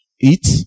eat